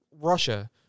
russia